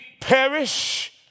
perish